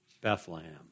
Bethlehem